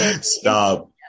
stop